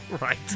Right